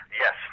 Yes